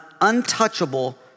untouchable